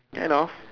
get off